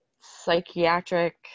psychiatric